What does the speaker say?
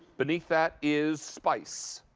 beneath that is spice.